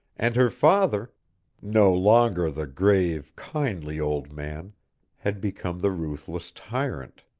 and her father no longer the grave, kindly old man had become the ruthless tyrant.